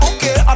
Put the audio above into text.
Okay